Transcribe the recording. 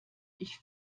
ich